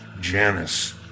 Janice